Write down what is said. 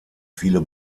viele